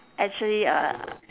actually uh